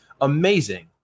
Amazing